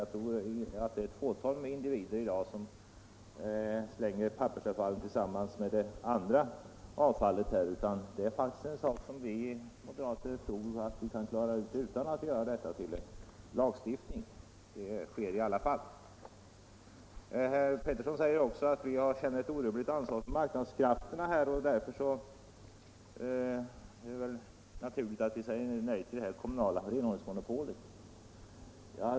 Jag tror att det är ett fåtal individer som i dag slänger pappersavfallet tillsammans med det andra avfallet. Separering av pappersavfall är faktiskt en sak som vi moderater tror att vi kan klara utan lagstiftning; sådan separering görs i alla fall. Herr Pettersson sade också att vi känner ett orubbligt ansvar för marknadskrafterna och att det därför är naturligt att vi säger nej till ett kommunalt renhållningsmonopol.